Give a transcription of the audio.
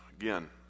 again